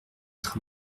être